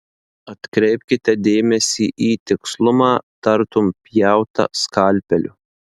atkreipkite dėmesį į tikslumą tartum pjauta skalpeliu